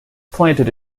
planted